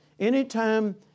Anytime